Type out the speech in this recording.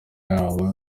yabo